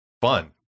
fun